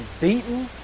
beaten